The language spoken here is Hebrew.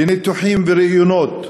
לניתוחים וראיונות